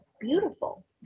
beautiful